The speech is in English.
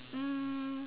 um